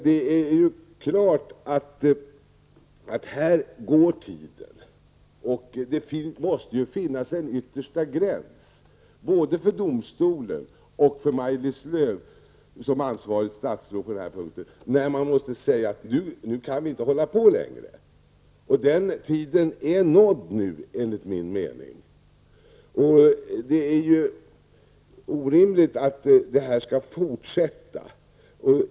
Men tiden går, och det måste finnas en yttersta gräns, både för domstolen och för Maj-Lis Lööw som ansvarigt statsråd, när man säger att nu kan vi inte hålla på längre. Den tidpunkten är nådd nu, enligt min mening. Det är orimligt att det här skall fortsätta.